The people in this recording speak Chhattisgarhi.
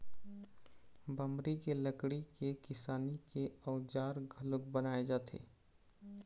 बमरी के लकड़ी के किसानी के अउजार घलोक बनाए जाथे